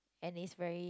and is very